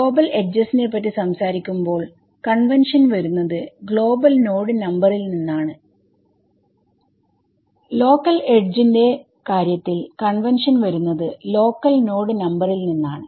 global edges നെ പറ്റി സംസാരിക്കുമ്പോൾ കൺവെൻഷൻ വരുന്നത് ഗ്ലോബൽ നോഡ് നമ്പറിൽ നിന്നാണ് ലോക്കൽ എഡ്ജ് ന്റെ കാര്യത്തിൽ കൺവെൻഷൻ വരുന്നത് ലോക്കൽ നോഡ് നമ്പറിൽ നിന്നാണ്